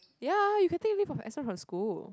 ya you can take leave of absence from school